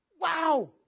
Wow